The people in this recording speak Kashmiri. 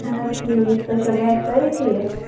اَہَن حظ ٹھیٖک تُہۍ چھِوا گَرِ سٲری ٹھیٖک